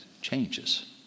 changes